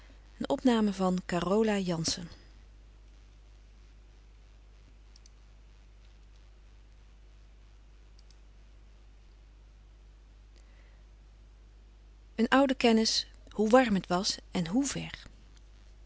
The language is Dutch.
een oude kennis hoe warm het was en hoe